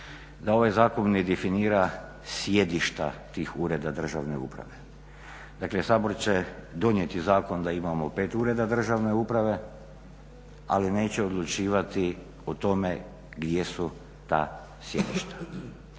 da ovaj zakon ne definira sjedišta tih ureda državne uprave. Dakle Sabor će donijeti zakon da imamo pet ureda državne uprave ali neće odlučivati o tome gdje su ta sjedišta.